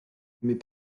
mais